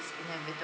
~s inevita~